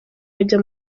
bajya